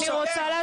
אני רוצה להשלים.